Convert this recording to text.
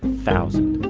thousand.